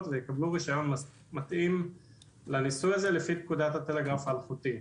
ויקבלו רישיון מתאים לניסוי הזה לפי פקודת הטלגרף האלחוטי.